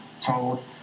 told